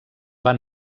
van